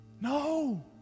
No